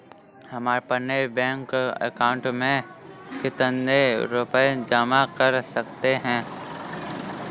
हम अपने bank account में कितने रुपये जमा कर सकते हैं?